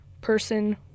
person